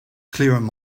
quite